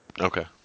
Okay